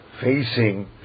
facing